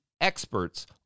experts